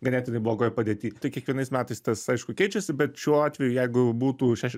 ganėtinai blogoj padėty tai kiekvienais metais tas aišku keičiasi bet šiuo atveju jeigu jau būtų šeši